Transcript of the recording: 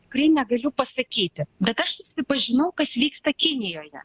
tikrai negaliu pasakyti bet aš pažinau kas vyksta kinijoje